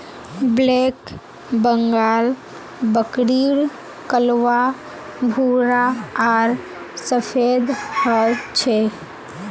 black Bengal बकरीर कलवा भूरा आर सफेद ह छे